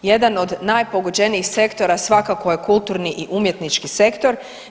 Jedan od najpogođenijih sektora svakako je kulturni i umjetnički sektor.